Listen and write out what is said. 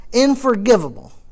unforgivable